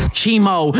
Chemo